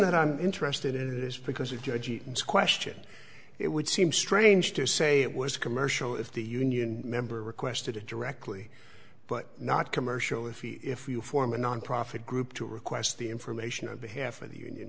that i'm interested in it is because we judge each question it would seem strange to say it was commercial if the union member requested it directly but not commercial if you if you form a nonprofit group to request the information on behalf of the union